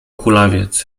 kulawiec